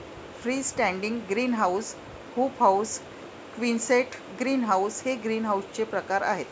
free standing greenhouse, hoop house, quonset greenhouse हे ग्रीनहाऊसचे प्रकार आहे